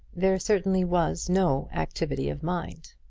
there certainly was no activity of mind.